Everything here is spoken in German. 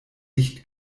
dicht